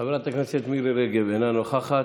חברת הכנסת מירי רגב, אינה נוכחת.